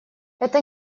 это